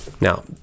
Now